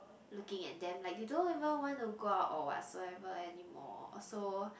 looking at them like they don't even want to go out or whatsoever anymore so